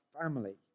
family